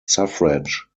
suffrage